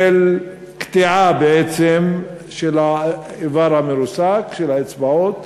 של קטיעה בעצם של האיבר המרוסק, של האצבעות.